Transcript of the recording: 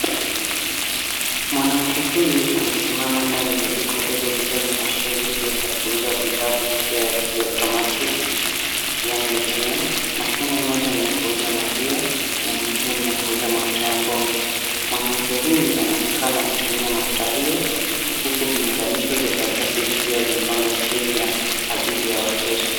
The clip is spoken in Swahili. Mwanamke huyu amesimama ndani ya duka dogo lililo na mashine mbili za kuuza bidhaa kwa njia ya kiotomatiki, yaani ATM. Mashine moja ni ya kuuza maziwa, na nyingine ni ya kuuza mafuta ya mboga. Mwanamke huyu anaonekana akitumia mafuta hiyo, na huku viunganisho vya karatasi vikiwa vimepangwa chini kya ajili ya wateja.